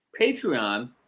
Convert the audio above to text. Patreon